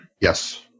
Yes